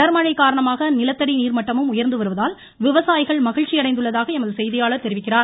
தொடர் மழை காரணமாக நிலத்தடி நீர்மட்டமும் உயர்ந்து வருவதால் விவசாயிகள் மகிழ்ச்சி அடைந்துள்ளதாக எமது செய்தியாளர் தெரிவிக்கிறார்